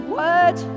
word